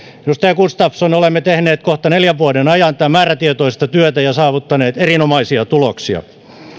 edustaja gustafsson olemme tehneet kohta neljän vuoden ajan määrätietoista työtä ja saavuttaneet erinomaisia tuloksia